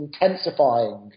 intensifying